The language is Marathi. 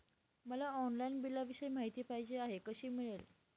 मला ऑनलाईन बिलाविषयी माहिती पाहिजे आहे, कशी मिळेल?